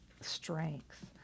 strength